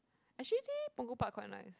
actually Punggol park quite nice